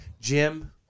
Jim